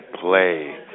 play